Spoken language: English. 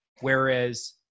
Whereas